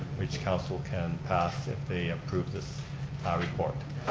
which council can pass if they approve this report.